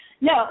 No